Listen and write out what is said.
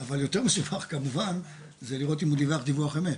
אבל יותר מסובך, זה לראות אם הוא דיווח דיווח אמת.